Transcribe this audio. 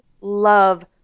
love